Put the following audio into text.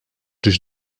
dos